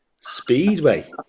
Speedway